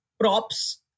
Props